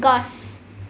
গছ